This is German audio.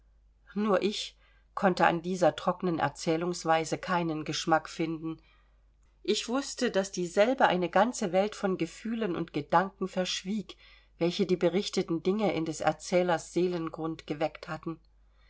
nur ich konnte an dieser trockenen erzählungsweise keinen geschmack finden ich wußte daß dieselbe eine ganze welt von gefühlen und gedanken verschwieg welche die berichteten dinge in des erzählers seelengrund geweckt hatten